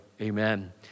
Amen